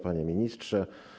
Panie Ministrze!